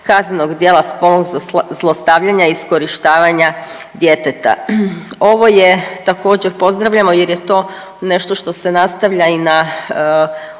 kaznenog djela spolnog zlostavljanja, iskorištavanja djeteta. Ovo je također pozdravljamo jer je to nešto što se nastavlja i na